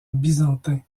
byzantin